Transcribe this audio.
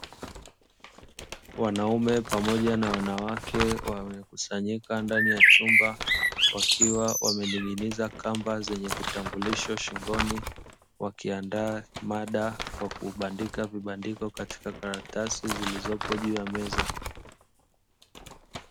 Wanaume pamoja na wanawake wamekusanyika ndani ya chumba, wakiwa wamening'iniza kamba zenye vitambulisho shingoni wakiandaa mada kwa kubandika vibandiko katika karatasi zilizopo juu ya meza.